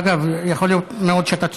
אגב, יכול להיות מאוד שאתה צודק.